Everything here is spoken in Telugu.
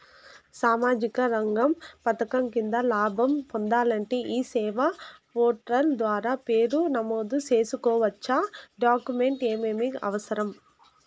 సామాజిక రంగ పథకం కింద లాభం పొందాలంటే ఈ సేవా పోర్టల్ ద్వారా పేరు నమోదు సేసుకోవచ్చా? డాక్యుమెంట్లు ఏమేమి అవసరం?